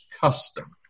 custom